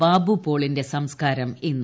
ബാബുപോളിന്റെ സംസ്കാരം ഇന്ന്